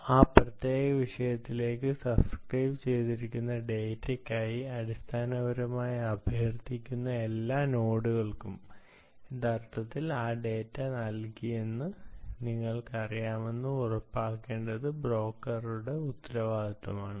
ആ പ്രത്യേക വിഷയത്തിലേക്ക് സബ്സ്ക്രൈബുചെയ്യുന്ന ഡാറ്റയ്ക്കായി അടിസ്ഥാനപരമായി അഭ്യർത്ഥിക്കുന്ന എല്ലാ നോഡുകൾക്കും യഥാർത്ഥത്തിൽ ആ ഡാറ്റ നൽകിയെന്ന് നിങ്ങൾക്കറിയാമെന്ന് ഉറപ്പാക്കേണ്ടത് ബ്രോക്കറുടെ ഉത്തരവാദിത്തമാണ്